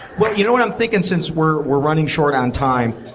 what you know what i'm thinking since we're we're running short on time,